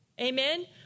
Amen